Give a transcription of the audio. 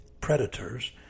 predators